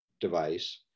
device